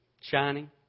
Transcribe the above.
Shining